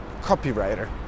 copywriter